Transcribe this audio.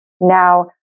Now